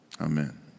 Amen